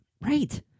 right